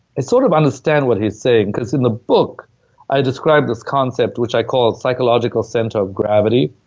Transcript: and sort of understand what he's saying because in the book i describe this concept which i call psychological center of gravity,